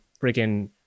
freaking